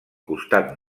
costat